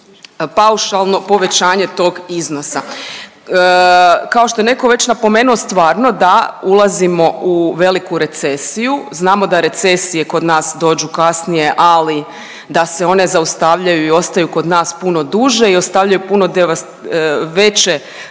paušalno povećanje tog iznosa. Kao što je netko već napomenuo stvarno da ulazimo u veliku recesiju, znamo da recesije kod nas dođu kasnije, ali da se one zaustavljaju i ostaju kod nas puno duže i ostavljaju puno veću